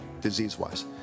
disease-wise